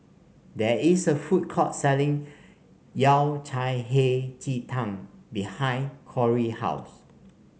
there is a food court selling Yao Cai Hei Ji Tang behind Kori house